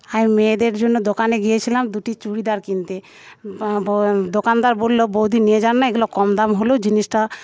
আমি মেয়েদের জন্য দোকানে গিয়েছিলাম দুটি চুড়িদার কিনতে দোকানদার বলল বৌদি নিয়ে যান না এগুলো কম দাম হলেও জিনিসটা